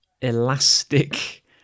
elastic